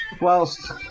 Whilst